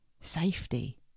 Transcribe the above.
safety